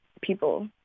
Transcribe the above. people